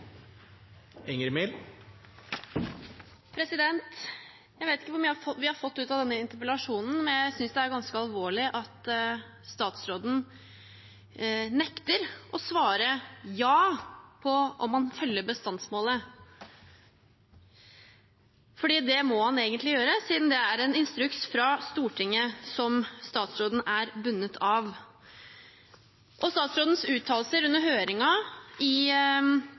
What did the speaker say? ganske alvorlig at statsråden nekter å svare ja på om han følger bestandsmålet. Det må han egentlig gjøre, siden det er en instruks fra Stortinget som statsråden er bundet av. Statsrådens uttalelser under høringen i